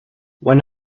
when